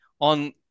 on